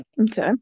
Okay